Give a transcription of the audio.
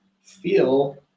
feel